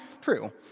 True